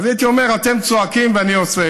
אז הייתי אומר: אתם צועקים, ואני עושה.